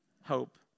hope